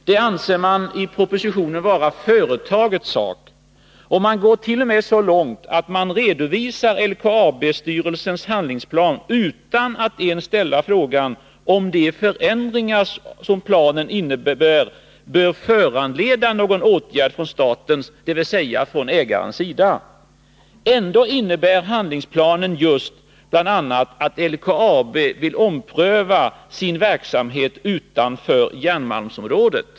Det anser man i propositionen vara företagets sak. Man går t.o.m. så långt att man redovisar LKAB-styrelsens handlingsplan utan att enssställa frågan om de förändringar som planen innebär bör föranleda någon åtgärd från statens, dvs. ägarens, sida. Ändå innebär handlingsplanen bl.a. att LKAB vill ompröva sin verksamhet utanför järnmalmsområdet.